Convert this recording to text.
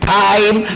time